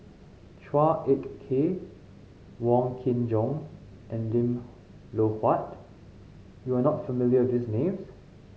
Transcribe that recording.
Chua Ek Kay Wong Kin Jong and Lim Loh Huat you are not familiar with these names